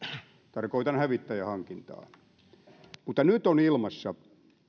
tarkoitan hävittäjähankintaa mutta nyt on ilmassa